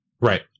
Right